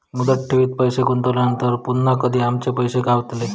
मुदत ठेवीत पैसे गुंतवल्यानंतर पुन्हा कधी आमचे पैसे गावतले?